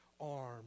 arm